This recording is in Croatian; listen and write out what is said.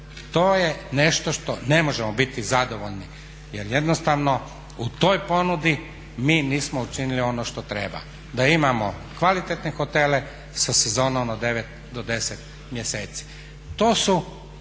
To je nešto što ne možemo biti zadovoljni jer jednostavno u toj ponudi mi nismo učinili ono što treba, da imamo kvalitetne hotele sa sezonom od 9 do 10 mjeseci. To su